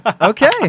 Okay